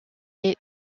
est